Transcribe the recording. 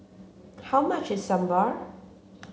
how much is Sambar